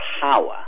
power